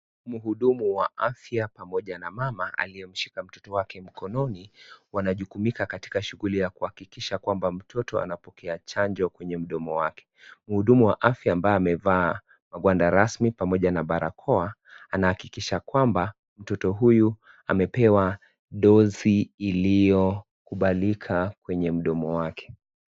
Mhudumu wa afya pamoja na mama aliyemshika mtoto wake mkononi wanajukumika katika shughuli zake za kuhakikisha kwamba mtoto anapokea chanjo kwenye mdomo wake .Mhudumu wa afya ambaye amevaa gwanda rasmi pamoja na barakoa anahakikisha kwamba mtoto huyu amepewa dosi iliyokubalika kwenye mdomo wake.